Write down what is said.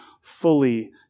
fully